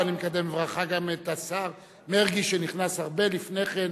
ואני מקדם בברכה גם את השר מרגי שנכנס הרבה לפני כן